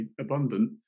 abundant